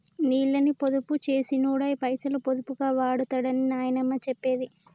నీళ్ళని పొదుపు చేసినోడే పైసలు పొదుపుగా వాడుతడని నాయనమ్మ చెప్పేది